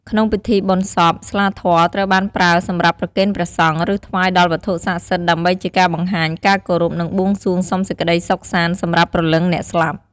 ក្នុងពិធីបុណ្យសព ស្លាធម៌ត្រូវបានប្រើសម្រាប់ប្រគេនព្រះសង្ឃ ឬថ្វាយដល់វត្ថុស័ក្តិសិទ្ធិ ដើម្បីជាការបង្ហាញការគោរព និងបួងសួងសុំសេចក្ដីសុខសាន្តសម្រាប់ព្រលឹងអ្នកស្លាប់។